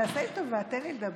תעשה לי טובה, תן לי לדבר.